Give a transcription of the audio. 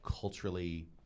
culturally